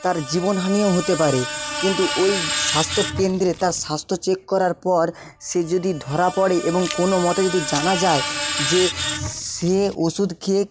তার জীবনহানিও হতে পারে কিন্তু ওই স্বাস্থ্যকেন্দ্রে তার স্বাস্থ্য চেক করার পর সে যদি ধরা পড়ে এবং কোনও মতে যদি জানা যায় যে সে ওষুধ খেয়ে